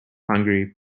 hungary